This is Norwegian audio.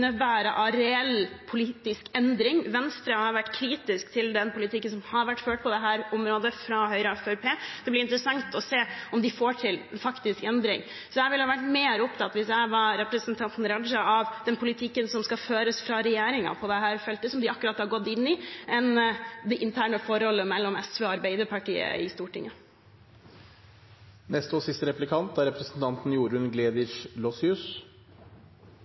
av reell politisk endring. Venstre har vært kritisk til politikken som har vært ført på dette området av Høyre og Fremskrittspartiet. Det blir interessant å se om de får til en faktisk endring. Hvis jeg var representanten Raja, ville jeg vært mer opptatt av den politikken som skal føres på dette feltet av regjeringen som de akkurat har gått inn i, enn av det interne forholdet mellom SV og Arbeiderpartiet i Stortinget. I regjeringserklæringen står det ikke mye om bioteknologiloven, men dette er